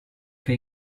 che